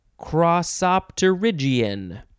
crossopterygian